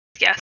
Yes